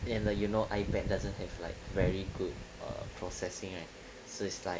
and the you know ipad doesn't have like very good or processing right so is like